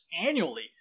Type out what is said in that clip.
annually